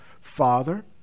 father